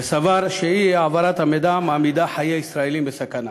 וסבר שאי-העברת המידע מעמידה חיי ישראלים בסכנה.